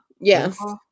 yes